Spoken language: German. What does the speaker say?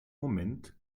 moment